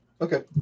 Okay